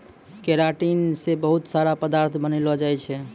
keratin से बहुत सारा पदार्थ बनलो जाय छै